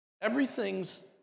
Everything's